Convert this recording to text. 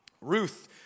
Ruth